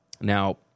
Now